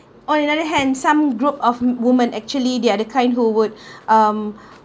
on another hand some group of women actually the other kind who would um